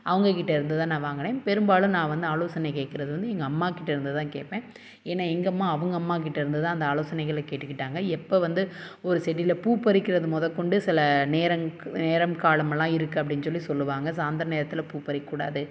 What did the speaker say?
அவங்கக்கிட்ட இருந்து தான் நான் வாங்கினே பெரும்பாலும் நான் வந்து ஆலோசனை கேட்கறது வந்து எங்கள் அம்மாக்கிட்ட இருந்து தான் கேட்பேன் ஏன்னா எங்கள் அம்மா அவங்க அம்மாக்கிட்ட இருந்து தான் அந்த ஆலோசனைகள கேட்டுக்கிட்டாங்க எப்போ வந்து ஒரு செடியில பூ பறிக்கிறது முத கொண்டு சில நேரங் நேரம் காலம் எல்லாம் இருக்குது அப்படின் சொல்லி சொல்லுவாங்க ஸோ அந்த நேரத்தில் பூ பறிக்கக்கூடாது